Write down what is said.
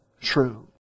true